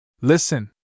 Listen